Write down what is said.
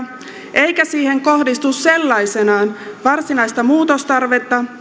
eikä siihen kohdistu sellaisenaan varsinaista muutostarvetta